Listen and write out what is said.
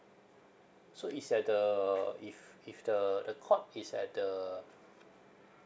so is at the if if the the court is at the